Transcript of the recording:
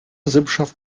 sippschaft